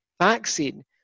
vaccine